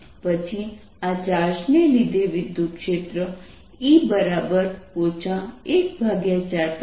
પછી આ ચાર્જ ને લીધે વિદ્યુતક્ષેત્ર E 14π0